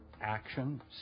action